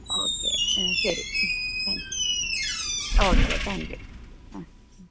okay ശരി thank you okay thank you ah